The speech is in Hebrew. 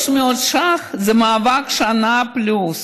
300 שקל זה מאבק של שנה פלוס,